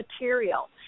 material